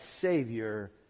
Savior